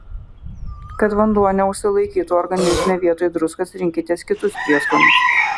kad vanduo neužsilaikytų organizme vietoj druskos rinkitės kitus prieskonius